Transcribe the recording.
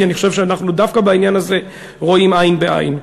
כי אני חושב שאנחנו דווקא בעניין הזה רואים עין בעין.